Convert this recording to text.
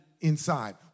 inside